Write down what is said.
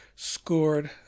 scored